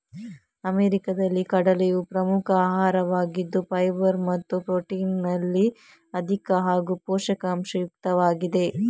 ಅಮೆರಿಕಾದಲ್ಲಿ ಕಡಲೆಯು ಪ್ರಮುಖ ಆಹಾರವಾಗಿದ್ದು ಫೈಬರ್ ಮತ್ತು ಪ್ರೊಟೀನಿನಲ್ಲಿ ಅಧಿಕ ಹಾಗೂ ಪೋಷಕಾಂಶ ಯುಕ್ತವಾಗಿದೆ